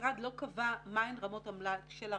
המשרד לא קבע מה הן רמות המלאי של הריאגנטים,